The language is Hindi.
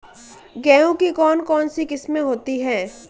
गेहूँ की कौन कौनसी किस्में होती है?